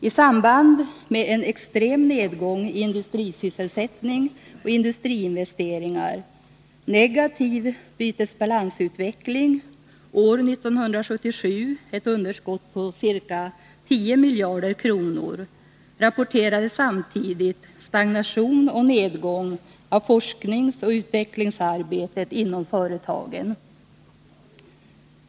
I samband med en extrem nedgång i industrisysselsättning och industriinvesteringar och en negativ bytesbalansutveckling — år 1977 ett underskott på ca 10 miljarder kronor — rapporterades stagnation och nedgång av forskningsoch utvecklingsarbetet inom företagen.